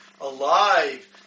alive